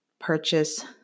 purchase